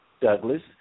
Douglas